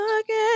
again